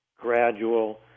gradual